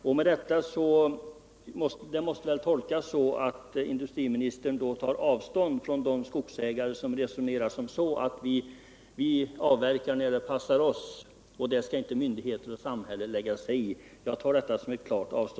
Det uttalandet måste väl tolkas så att industriministern tar avstånd från de skogsägare som säger att ”vi avverkar när det passar oss och det skall inte myndigheter och samhälle lägga sig i”?